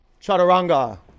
Chaturanga